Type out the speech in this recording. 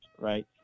right